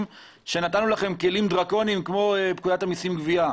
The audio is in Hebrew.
שנתנו לכם כלים דרקוניים כמו פקודת המיסים גבייה.